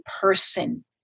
person